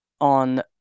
on